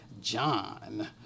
John